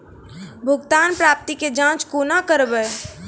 भुगतान प्राप्ति के जाँच कूना करवै?